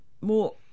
more